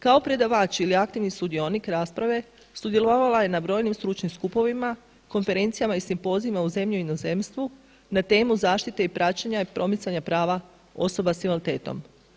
Kao predavač ili aktivni sudionik rasprave sudjelovala je na brojnim stručnim skupovima, konferencijama i simpozijima u zemlji i inozemstvu na temu zaštite i praćenja i promicanja prava osoba s invaliditetom.